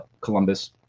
Columbus